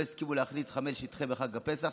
בתי חולים לא יסכימו להכניס חמץ לשטחיהם בחג הפסח,